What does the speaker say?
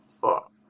fuck